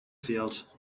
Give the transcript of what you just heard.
field